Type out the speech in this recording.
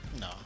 No